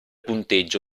punteggio